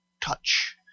touch